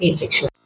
Asexual